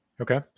Okay